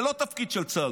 זה לא תפקיד של צה"ל,